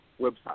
website